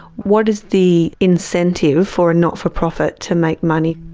what is the incentive for a not-for-profit to make money?